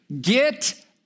get